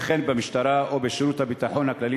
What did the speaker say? וכן במשטרה או בשירות הביטחון הכללי,